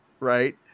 right